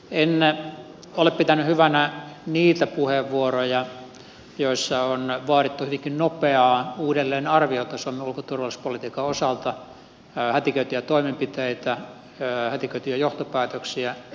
en ole pitänyt hyvinä niitä puheenvuoroja joissa on vaadittu hyvinkin nopeaa uudelleenarviota suomen ulko ja turvallisuuspolitiikan osalta hätiköityjä toimenpiteitä hätiköityjä johtopäätöksiä